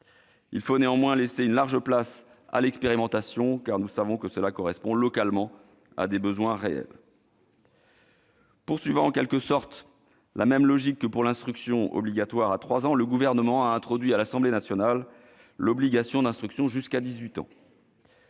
Il faut néanmoins laisser une large place à l'expérimentation, car nous savons que ce dispositif correspond, localement, à des besoins réels. Poursuivant en quelque sorte la même logique que pour l'instruction obligatoire à 3 ans, le Gouvernement a introduit, à l'Assemblée nationale, l'obligation d'instruction jusqu'à 18 ans.